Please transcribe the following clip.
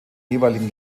jeweiligen